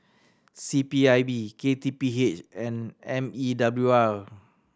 C P I B K T P H and M E W R